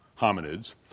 hominids